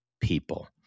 people